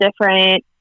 different